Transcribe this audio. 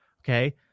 Okay